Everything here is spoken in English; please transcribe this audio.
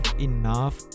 enough